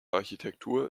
architektur